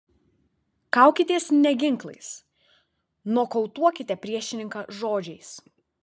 kaukitės ne ginklais nokautuokite priešininką žodžiais